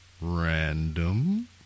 random